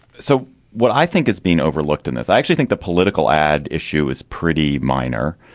so what i think is being overlooked in this i actually think the political ad issue is pretty minor.